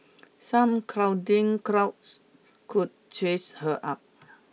some cuddling could chase her up